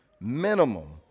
minimum